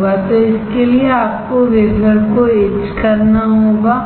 तो इसके लिए आपको वेफर को इच करना होगा